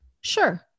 Sure